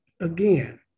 again